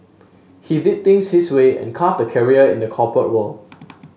he did things his way and carved the career in the corporate world